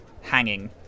hanging